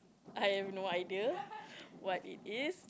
I have no idea what it is